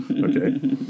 Okay